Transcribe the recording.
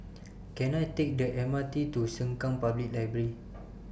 Can I Take The M R T to Sengkang Public Library